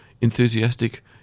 enthusiastic